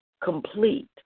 complete